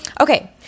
Okay